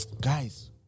Guys